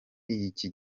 iki